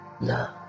love